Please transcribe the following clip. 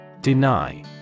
Deny